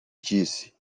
disse